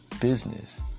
business